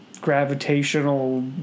gravitational